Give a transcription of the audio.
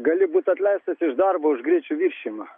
gali būti atleistas iš darbo už greičio viršijimą